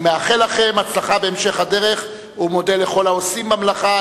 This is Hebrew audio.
אני מאחל לכם הצלחה בהמשך הדרך ומודה לכל העושים במלאכה,